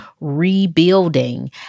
rebuilding